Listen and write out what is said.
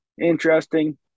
interesting